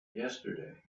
yesterday